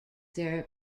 their